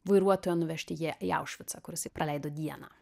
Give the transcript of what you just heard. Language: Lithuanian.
vairuotojo nuvežti jį į aušvicą kur jisai praleido dieną